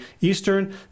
Eastern